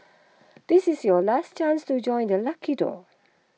this is your last chance to join the lucky draw